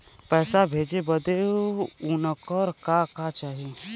पैसा भेजे बदे उनकर का का चाही?